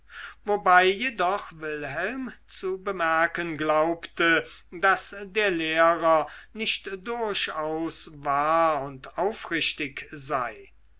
wobei jedoch wilhelm zu bemerken glaubte daß der lehrer nicht durchaus wahr und aufrichtig sei